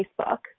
Facebook